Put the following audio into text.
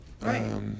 Right